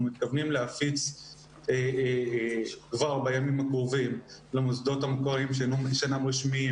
מתכוונים להפיץ כבר בימים הקרובים למוסדות המוכרים שאינם רשמיים